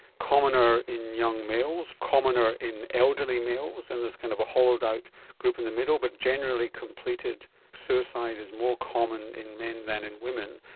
commoner in young males, commoner in elderly males, and there's kind of a hollowed out group in the middle but generally completed suicide is more common in men than in women,